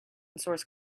source